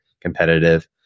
competitive